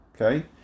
Okay